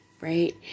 right